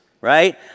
Right